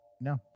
No